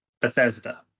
Bethesda